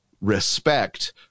respect